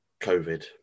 COVID